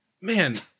man